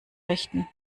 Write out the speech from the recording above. richten